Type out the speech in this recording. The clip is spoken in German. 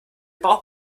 braucht